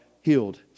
healed